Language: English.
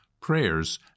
prayers